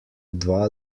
dva